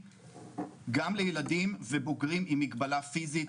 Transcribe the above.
גם לילדים ובוגרים עם מגבלה פיזית,